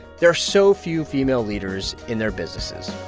there are so few female leaders in their businesses?